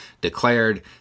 declared